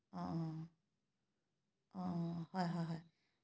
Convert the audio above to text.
অঁ অঁ হয় হয় হয়